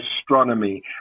astronomy